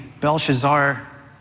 Belshazzar